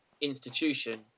institution